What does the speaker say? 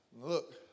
Look